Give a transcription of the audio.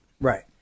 Right